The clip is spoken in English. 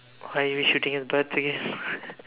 why are we shooting at the birds again